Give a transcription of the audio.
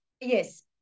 Yes